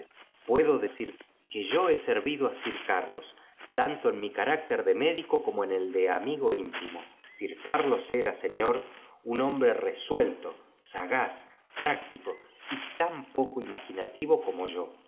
puedo decir que yo he áervido á sir carlos tanto en mi carácter de módico como en el de amigo íntimo sir carlos era señor un hombre resuelto sagaz práctico y tan poco imaginativo como yo